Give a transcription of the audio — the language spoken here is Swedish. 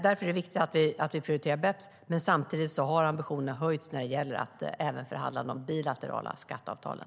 Därför är det viktigt att vi prioriterar BEPS. Samtidigt har ambitionerna höjts när det gäller att även förhandla de bilaterala skatteavtalen.